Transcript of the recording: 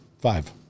five